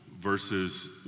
versus